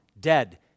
Dead